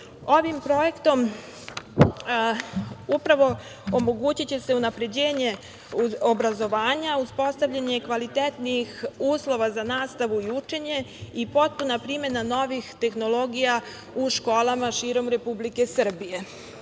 Ovim projektom upravo omogućiće se unapređenje obrazovanja, uspostavljanje kvalitetnih uslova za nastavu i učenje i potpuna primena novih tehnologija u školama širom Republike Srbije. Ono